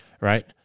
right